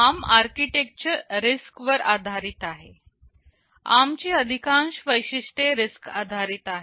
ARM architecture RISC वर आधारित आहे ARM ची अधिकांश वैशिष्ट्ये RISC आधारित आहे